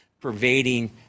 pervading